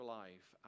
life